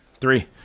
three